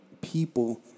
people